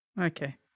Okay